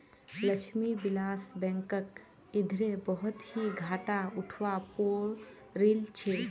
लक्ष्मी विलास बैंकक इधरे बहुत ही घाटा उठवा पो रील छे